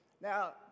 Now